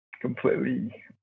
completely